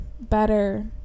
better